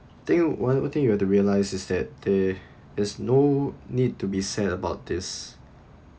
think one th~ thing you have to realize is that there is no need to be sad about this